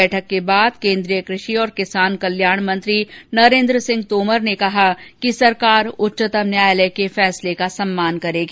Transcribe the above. बैठक के बाद कृषि और किसान कल्याण मंत्री नरेन्द्र सिंह तोमर ने कहा कि सरकार उच्चतम न्यायालय के फैसले का सम्मान करेगी